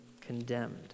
condemned